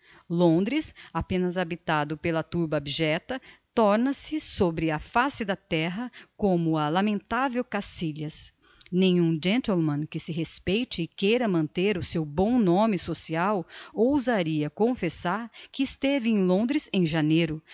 londres apenas habitado pela turba abjecta torna-se sobre a face da terra como a lamentavel cacilhas nenhum gentleman que se respeite e queira manter o seu bom nome social ousaria confessar que esteve em londres em janeiro